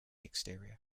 exterior